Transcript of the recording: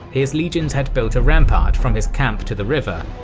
his legions had built a rampart from his camp to the river,